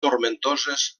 tomentoses